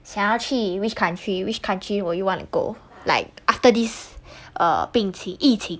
想要去 which country which country would you want to go like after this err 病情疫情